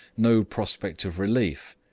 no prospect of relief,